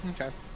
Okay